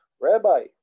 Rabbi